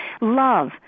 love